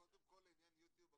קודם כל לעניין יוטיוב,